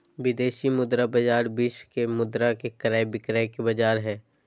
विदेशी मुद्रा बाजार विश्व के मुद्रा के क्रय विक्रय के बाजार हय